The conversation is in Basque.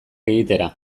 egitera